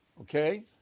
okay